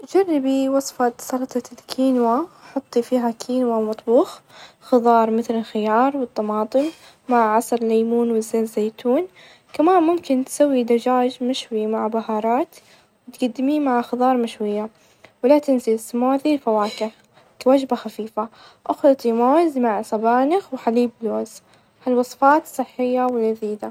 جربي وصفة سلطة الكينوة حطي فيها كينوة مطبوخ، خظار مثل الخيار، والطماطم مع عسل ليمون ،وزيت زيتون ،كمان ممكن تسوي دجاج مشوي مع بهارات، وتقدميه مع خظار مشوية، ولا تنسي اسموزى الفواكه كوجبة خفيفة اخلطي موز مع سبانخ ،وحليب لوز ،هالوصفات صحية ولذيذة.